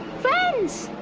friends?